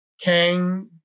kang